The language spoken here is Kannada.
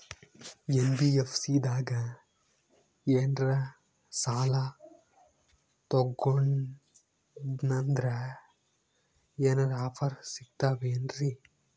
ಎನ್.ಬಿ.ಎಫ್.ಸಿ ದಾಗ ಏನ್ರ ಸಾಲ ತೊಗೊಂಡ್ನಂದರ ಏನರ ಆಫರ್ ಸಿಗ್ತಾವೇನ್ರಿ?